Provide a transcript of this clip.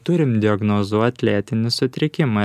turim diagnozuot lėtinį sutrikimą